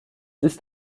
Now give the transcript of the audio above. ist